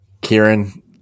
Kieran